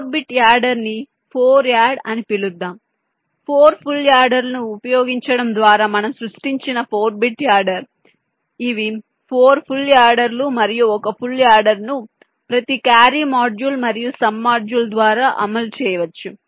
4 bit adder ని 4 add అని పిలుద్దాం 4 ఫుల్ యాడర్లను ఉపయోగించడం ద్వారా మనం సృష్టించిన 4 బిట్ యాడర్ ఇవి 4 ఫుల్ యాడర్లు మరియు ఒక ఫుల్ యాడర్ని ప్రతి క్యారీ మాడ్యూల్ మరియు సమ్ మాడ్యూల్ ద్వారా అమలు చేయవచ్చు